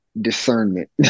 discernment